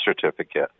certificate